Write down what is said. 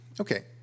Okay